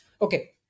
Okay